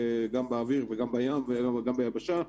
גם באוויר וגם בים וגם ביבשה.